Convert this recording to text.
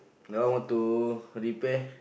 that one want to repair